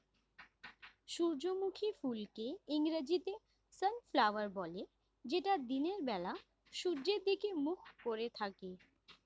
সূর্যমুখী ফুলকে ইংরেজিতে সানফ্লাওয়ার বলে যেটা দিনের বেলা সূর্যের দিকে মুখ করে থাকে